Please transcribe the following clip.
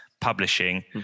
Publishing